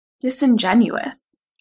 disingenuous